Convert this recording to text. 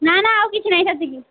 ନା ନା ଆଉ କିଛି ନାହିଁ ସେତିକି